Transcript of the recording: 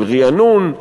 של רענון,